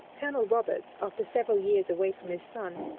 colonel roberts, after several years away from his son,